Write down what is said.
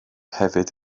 hefyd